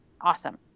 awesome